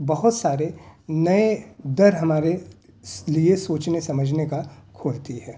بہت سارے نئے در ہمارے لیے سوچنے سمجھنے کا کھولتی ہے